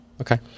Okay